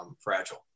fragile